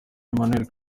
emmanuel